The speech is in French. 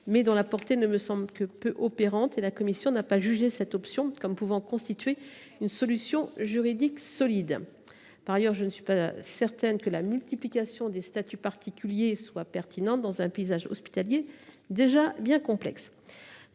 mais d’une portée qui a semblé peu opérante à la commission. C’est pourquoi cette dernière n’a pas jugé cette option comme pouvant constituer une solution juridique solide. Par ailleurs, il n’est pas certain que la multiplication des statuts particuliers soit pertinente dans un paysage hospitalier déjà bien complexe.